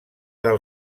del